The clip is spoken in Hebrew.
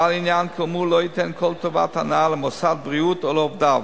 בעל עניין כאמור לא ייתן כל טובת הנאה למוסד בריאות או לעובדיו.